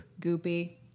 goopy